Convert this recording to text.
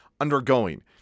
undergoing